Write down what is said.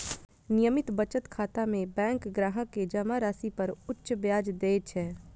नियमित बचत खाता मे बैंक ग्राहक कें जमा राशि पर उच्च ब्याज दै छै